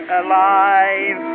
alive